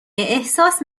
احساس